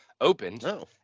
opened